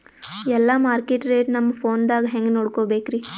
ಎಲ್ಲಾ market rate ನಮ್ ಫೋನದಾಗ ಹೆಂಗ ನೋಡಕೋಬೇಕ್ರಿ?